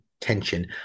tension